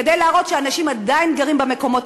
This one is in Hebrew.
כדי להראות שאנשים עדיין גרים במקומות